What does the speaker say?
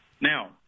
Now